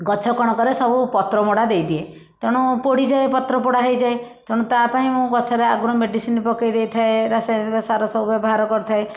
ଗଛ କ'ଣ କରେ ସବୁ ପତ୍ର ମୋଡ଼ା ଦେଇଦିଏ ତେଣୁ ପୋଡ଼ିଯାଏ ପତ୍ରପୋଡ଼ା ହେଇଯାଏ ତେଣୁ ତା ପାଇଁ ମୁଁ ଗଛରେ ଆଗରୁ ମେଡ଼ିସିନ ପକାଇ ଦେଇଥାଏ ରାସାୟନିକ ସାର ସବୁ ବ୍ୟବହାର କରିଥାଏ